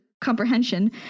comprehension